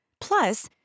Plus